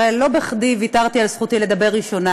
הרי לא בכדי ויתרתי על זכותי לדבר ראשונה,